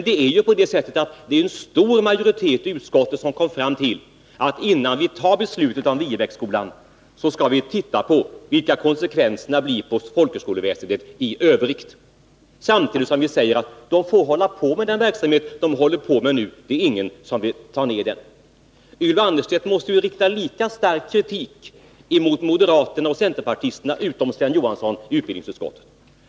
Det var emellertid en stor majoritet i utskottet som kom fram till att innan vi tar beslutet om Viebäcksskolan skall vi undersöka vilka konsekvenserna blir för folkhögskoleväsendet i övrigt. Samtidigt sade vi att skolan får fortsätta med den verksamhet den nu bedriver — ingen vill dra ned den. Ylva Annerstedt måste rikta lika stark kritik mot moderaterna och centerpartisterna i utskottet med undantag för Sven Johansson.